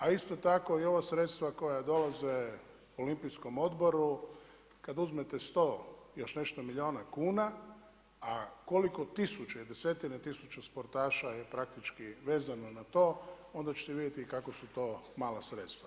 A isto tako i ova sredstva koja dolaze Olimpijskom odboru kada uzmete 100 i još nešto milijuna kuna, a koliko tisuća i desetine tisuća sportaša je praktički vezano na to, onda ćete vidjeti kako su to mala sredstva.